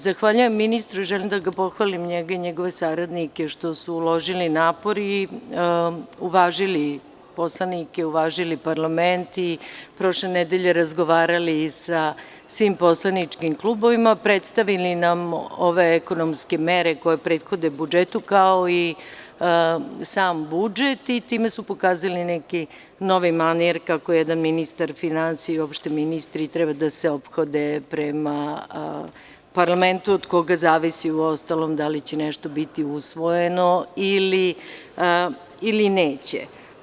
Zahvaljujem ministru, želim da ga pohvalim, njega i njegove saradnike, što su uložili napor i uvažili poslanike, uvažili parlament i prošle nedelje razgovarali i sa svim poslaničkim klubovima, predstavili nam ove ekonomske mere koje prethode budžetu, kao i sam budžet i time su pokazali neki novi manir, kako je jedan ministar finansija i uopšte ministri treba da se ophode prema parlamentu, od koga zavisi, u ostalom, da li će nešto biti usvojeno ili neće.